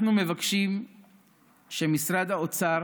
אנחנו מבקשים שמשרד האוצר